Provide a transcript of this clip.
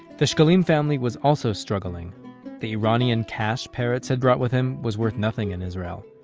the shekalim family was also struggling the iranian cash peretz had brought with him was worth nothing in israel.